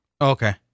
okay